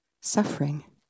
suffering